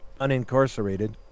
unincarcerated